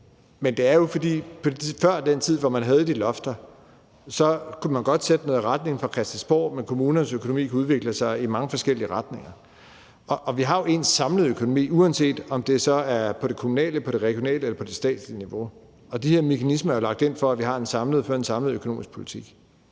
men det er jo, fordi man før den tid, hvor man havde de lofter, godt kunne sætte en retning fra Christiansborg, men kommunernes økonomi kunne udvikle sig i mange forskellige retninger. Vi har jo en samlet økonomi, uanset om det så er på det kommunale, på det regionale eller på det statslige niveau, og de her mekanismer er lagt ind, for at vi fører en samlet økonomisk politik.